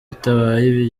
bitabaye